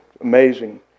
amazing